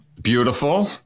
beautiful